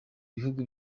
bihugu